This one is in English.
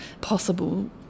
possible